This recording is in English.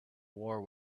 war